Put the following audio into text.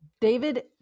David